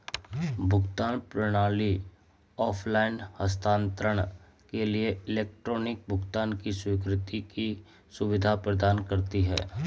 भुगतान प्रणाली ऑफ़लाइन हस्तांतरण के लिए इलेक्ट्रॉनिक भुगतान की स्वीकृति की सुविधा प्रदान करती है